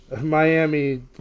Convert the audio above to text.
Miami